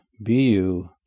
bu